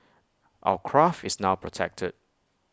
our craft is now protected